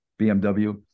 bmw